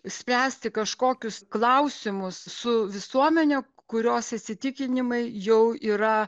spręsti kažkokius klausimus su visuomene kurios įsitikinimai jau yra